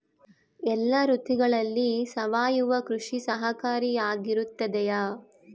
ಎಲ್ಲ ಋತುಗಳಲ್ಲಿ ಸಾವಯವ ಕೃಷಿ ಸಹಕಾರಿಯಾಗಿರುತ್ತದೆಯೇ?